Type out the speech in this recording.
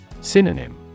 Synonym